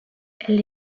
elle